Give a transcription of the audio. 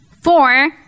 Four